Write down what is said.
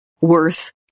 worth